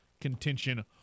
contention